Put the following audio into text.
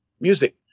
music